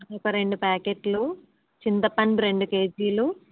ఒక రెండు ప్యాకెట్లు చింతపండు రెండు కేజీలు